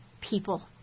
people